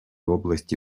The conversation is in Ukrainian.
області